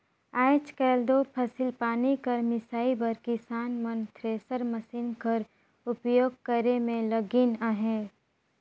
आएज काएल दो फसिल पानी कर मिसई बर किसान मन थेरेसर मसीन कर उपियोग करे मे लगिन अहे